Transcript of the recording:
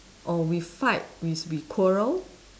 or we fight is we quarrel